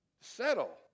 settle